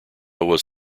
was